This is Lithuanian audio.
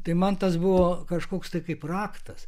tai man tas buvo kažkoks tai kaip raktas